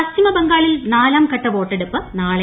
പശ്ചിമബംഗാളിൽ നാലാംഘട്ട വോട്ടെടുപ്പ് നാളെ